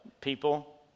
people